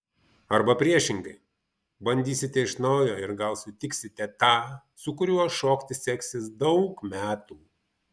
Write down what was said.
arba priešingai bandysite iš naujo ir gal sutiksite tą su kuriuo šokti seksis daug metų